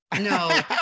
No